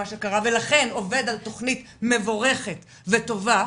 שקרה ולכן עובד על תוכנית מבורכת וטובה,